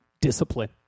discipline